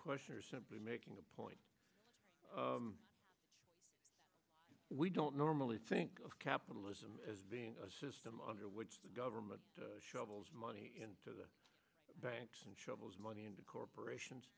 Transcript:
question or simply making a point we don't normally think of capitalism as being a system under which the government shovels money into the banks and shovels money into corporations